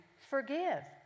forgive